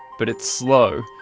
but it's slow,